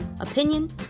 opinion